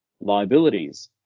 liabilities